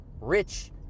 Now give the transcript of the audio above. rich